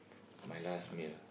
my last meal